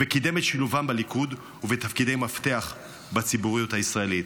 וקידם את שילובם בליכוד ובתפקידי מפתח בציבוריות הישראלית.